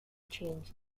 change